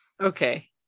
okay